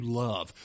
love